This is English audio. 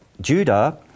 Judah